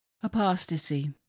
apostasy